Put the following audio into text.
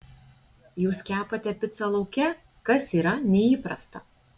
jūs kepate picą lauke kas yra neįprasta